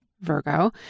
Virgo